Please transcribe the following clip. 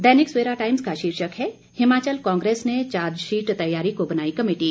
दैनिक Savera Times का शीर्षक है हिमाचल कांग्रेस ने चार्जशीट तैयारी को बनाई कमेटी